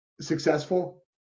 successful